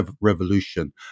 revolution